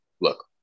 Look